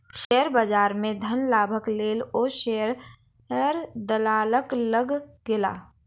share बजार में धन लाभक लेल ओ शेयर दलालक लग गेला